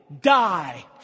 die